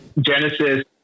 Genesis